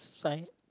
science